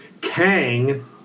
Kang